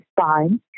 fine